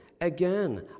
Again